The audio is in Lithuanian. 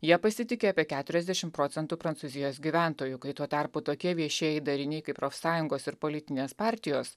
jie pasitiki apie keturiasdešimt procentų prancūzijos gyventojų kai tuo tarpu tokie viešieji dariniai kaip profsąjungos ir politinės partijos